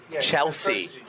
Chelsea